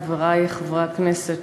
חברי חברי הכנסת,